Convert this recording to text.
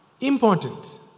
important